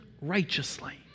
Righteously